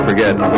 Forget